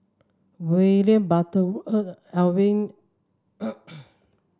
William Butterworth Edwin